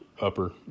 upper